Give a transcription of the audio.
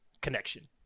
connection